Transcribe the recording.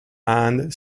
and